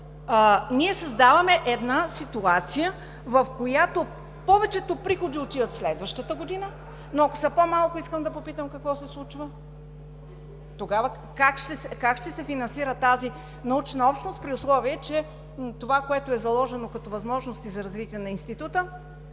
ние създаваме една ситуация, в която повечето приходи отиват в следващата година. Но ако са по-малко, искам да попитам какво се случва? Тогава как ще се финансира тази научна общност, при условие че това, което е заложено като възможности за развитие на Института,